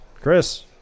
Chris